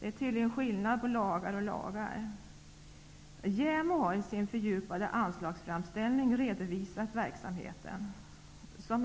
Det är tydligen skillnad på lagar och lagar. JämO har i sin fördjupade anslagsframställning redovisat verksamheten.